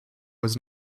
was